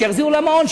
שיחזירו למעון,